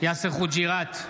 יאסר חוג'יראת,